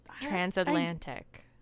transatlantic